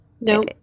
No